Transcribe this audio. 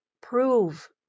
prove